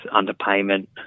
underpayment